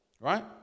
right